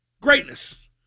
greatness